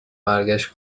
برگشت